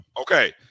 Okay